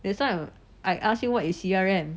that's why I I ask you what is C_R_M